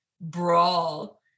brawl